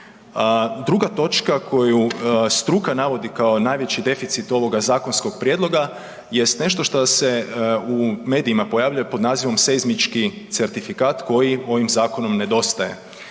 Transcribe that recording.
Druga točka koju struka navodi kao najveći deficit ovog zakonskog prijedloga jest nešto što se u medijima pojavljuje pod nazivom seizmički certifikat koji ovim zakonom nedostaje,